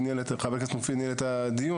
חבר הכנסת מופיד ניהל את הדיון,